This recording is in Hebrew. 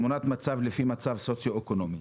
תמונת מצב לפי מצב סוציו אקונומי.